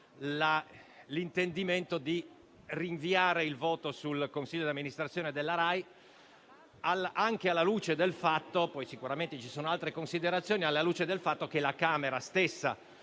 l'intendimento di rinviare il voto sul consiglio di amministrazione della Rai, anche alla luce del fatto - poi sicuramente ci sono altre considerazioni - che la Camera stessa